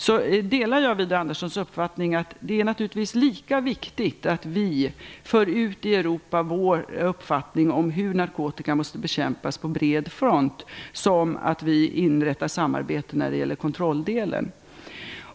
Jag delar Widar Anderssons uppfattning att det naturligtvis är lika viktigt att vi för ut vår uppfattning i Europa om att narkotikan måste bekämpas på fred front, såsom inrättande av ett samarbete när det gäller kontrolldelen.